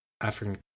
African